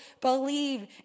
Believe